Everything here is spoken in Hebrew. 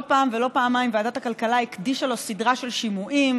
לא פעם ולא פעמיים ועדת הכלכלה הקדישה לו סדרה של שימועים.